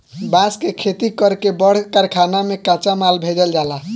बांस के खेती कर के बड़ कारखाना में कच्चा माल भेजल जाला